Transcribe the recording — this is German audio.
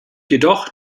jedoch